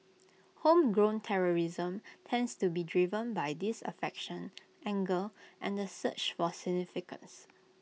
homegrown terrorism tends to be driven by disaffection anger and the search for significance